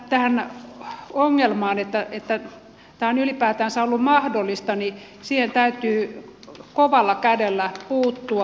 tähän ongelmaan että tämä on ylipäätänsä ollut mahdollista täytyy kovalla kädellä puuttua